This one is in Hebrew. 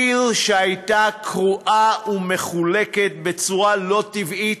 עיר שהייתה קרועה ומחולקת בצורה לא טבעית,